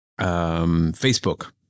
Facebook